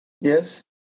Yes